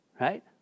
Right